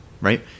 right